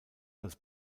als